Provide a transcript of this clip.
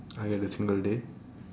I get a single day